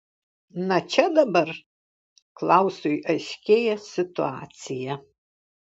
na čia dabar klausui aiškėja situacija